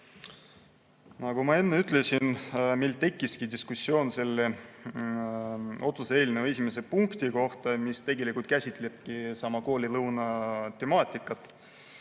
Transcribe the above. Nagu ma enne ütlesin, meil tekkis diskussioon selle otsuse eelnõu esimese punkti üle, mis tegelikult käsitlebki koolilõuna temaatikat.